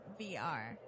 VR